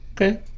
Okay